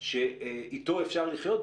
שאיתו אפשר לחיות,